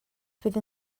fydd